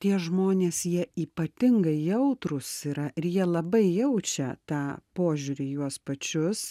tie žmonės jie ypatingai jautrūs yra ir jie labai jaučia tą požiūrį į juos pačius